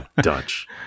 Dutch